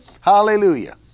Hallelujah